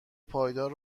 پایدار